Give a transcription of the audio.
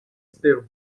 stylu